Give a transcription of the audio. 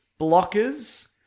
Blockers